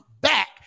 back